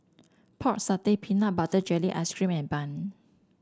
Pork Satay Peanut Butter Jelly Ice cream and bun